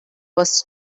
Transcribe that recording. was